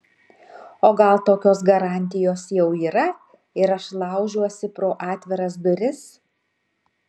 o gal tokios garantijos jau yra ir aš laužiuosi pro atviras duris